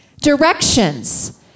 directions